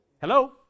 Hello